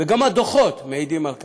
וגם הדוחות מעידים על כך,